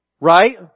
Right